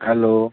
hello